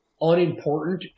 unimportant